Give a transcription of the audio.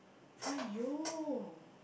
!aiyo!